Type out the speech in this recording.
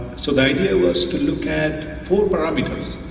so the idea was to look at four parameters,